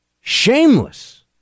shameless